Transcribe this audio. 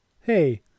Hey